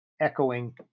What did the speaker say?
echoing